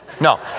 No